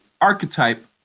archetype